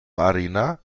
arena